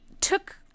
took